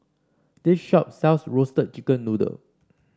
this shop sells Roasted Chicken Noodle